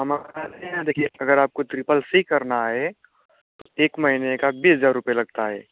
हमारे यहाँ देखिए अगर आपको त्रिपल सी करना है तो एक महीने का बीस हज़ार रुपये लगता है